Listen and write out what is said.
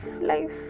life